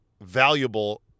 valuable